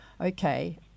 okay